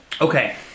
okay